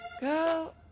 girl